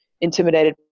intimidated